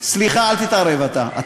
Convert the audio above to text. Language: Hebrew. סליחה, אל תתערב, אתה.